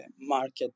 market